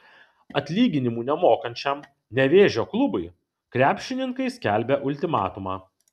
atlyginimų nemokančiam nevėžio klubui krepšininkai skelbia ultimatumą